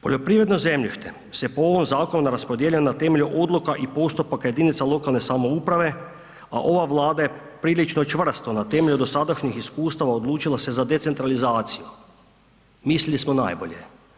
Poljoprivredno zemljište se po ovom zakonu raspodjeljuje na temelju odluka i postupaka jedinica lokalne samouprave, a ova Vlada je prilično čvrsto na temelju dosadašnjih iskustava odlučila se za decentralizaciju, mislili smo najbolje.